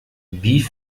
wie